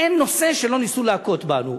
אין נושא שלא ניסו להכות בנו.